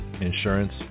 insurance